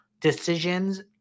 decisions